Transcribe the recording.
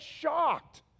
shocked